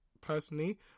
personally